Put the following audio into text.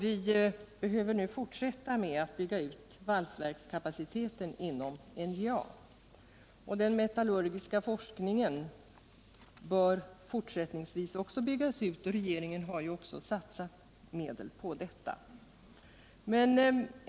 Vi behöver nu fortsätta att bygga ut valsverkskapaciteten inom NJA. Även den metallurgiska forskningen bör fortsättningsvis byggas ut. Regeringen har ju också satsat medel på detta.